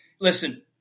listen